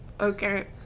Okay